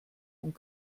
und